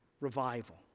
revival